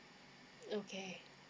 okay